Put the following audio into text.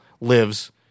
lives